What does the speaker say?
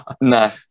no